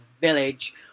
Village